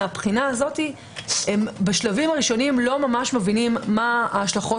מבחינה זו בשלבים הראשונים הם לא ממש מבינים מה ההשלכות